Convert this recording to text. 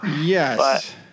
Yes